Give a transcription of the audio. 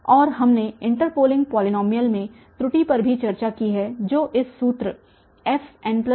और हमने interpolating polynomial में त्रुटि पर भी चर्चा की है जो इस सूत्र fn1n1